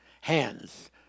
hands